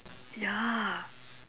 ya